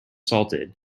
salted